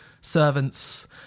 Servants